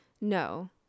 No